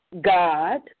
God